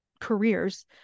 careers